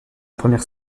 première